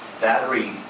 battery